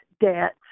debt